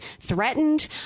threatened